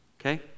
okay